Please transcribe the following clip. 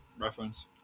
reference